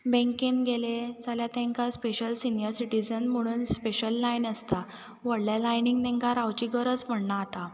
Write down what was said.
बेंकेन गेले जाल्या तेंकां स्पेशल सिनीयर सिटिजन म्हुणून स्पेशल लायन आसता व्हडल्या लायनींक तेंकां रावची गरज पडनां आतां